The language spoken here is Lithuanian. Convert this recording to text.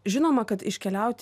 žinoma kad iškeliaut